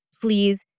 please